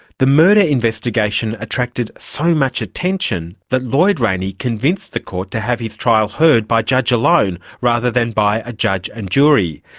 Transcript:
the murder investigation attracted so much attention that lloyd rayney convinced the court to have his trial heard by judge alone rather than by a judge and jury.